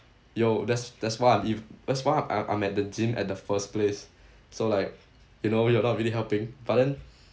yo that's that's why I'm if that's why I'm I'm at the gym at the first place so like you know you are not really helping but then